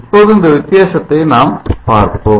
இப்போது இந்த வித்தியாசத்தை நாம் பார்ப்போம்